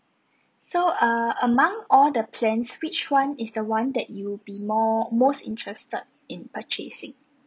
so err among all the plans which one is the one that you'll be more most interested in purchasing